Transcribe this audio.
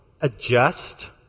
adjust